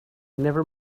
never